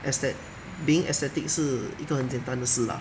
aesthe~ being aesthetic 是一个很简单的事 lah